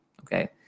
Okay